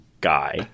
guy